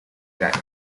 diana